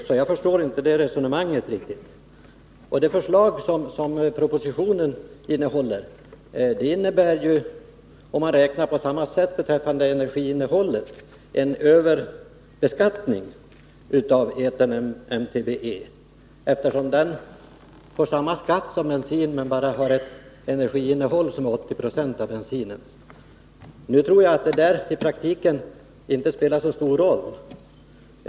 Så jag förstår inte riktigt det resonemanget. Propositionens förslag beträffande energiinnehållet innebär en överbeskattning av etern MTBE, eftersom den får samma skatt som bensinen men bara har ett energiinnehåll som är 80 26 av bensinens. Nu tror jag inte att detta i praktiken spelar så stor roll.